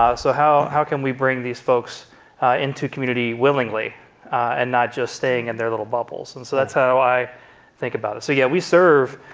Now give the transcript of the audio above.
ah so how how can we bring these folks into community willingly and not just staying in and their little bubbles? and so that's how i think about it. so yeah we serve